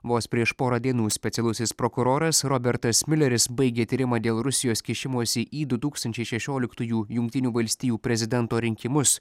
vos prieš porą dienų specialusis prokuroras robertas miuleris baigė tyrimą dėl rusijos kišimosi į du tūkstančiai šešioliktųjų jungtinių valstijų prezidento rinkimus